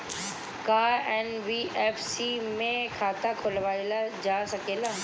का एन.बी.एफ.सी में खाता खोलवाईल जा सकेला?